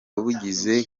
bugize